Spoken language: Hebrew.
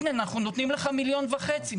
הנה, אנחנו נותנים לך מיליון וחצי.